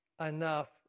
enough